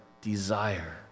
desire